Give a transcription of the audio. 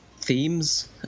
themes